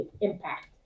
impact